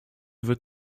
wird